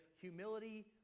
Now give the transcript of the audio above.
humility